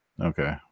Okay